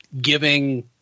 giving